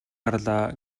гарлаа